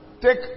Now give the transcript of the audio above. Take